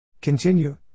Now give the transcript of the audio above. Continue